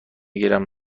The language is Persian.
گیرم